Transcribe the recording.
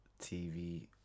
TV